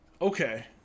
okay